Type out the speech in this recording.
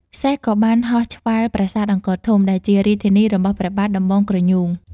សេះក៏បានហោះឆ្វែលប្រាសាទអង្គរធំ ដែលជារាជធានីរបស់ព្រះបាទដំបងក្រញូង ។